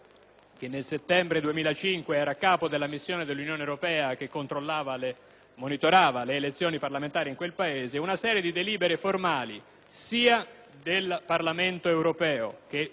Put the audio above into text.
che nel settembre 2005 era a capo della missione dell'Unione europea che monitorava le elezioni parlamentari in quel Paese - una serie di delibere formali in tal senso, sia del Parlamento europeo,